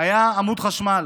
והיה עמוד חשמל.